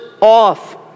off